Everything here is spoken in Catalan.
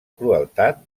crueltat